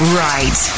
right